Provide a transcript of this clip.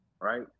right